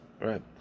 right